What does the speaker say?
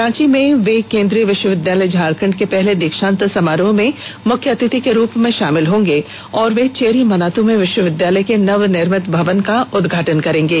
रांची में वे केन्द्रीय विष्वविद्यालय झारखंड के पहले दीक्षांत समारोह में मुख्य अतिथि के रूप में शामिल होंगे और वे चेरी मनातू में विष्वविद्यालय के नवनिर्मित भवन का उदघाटन करेंगे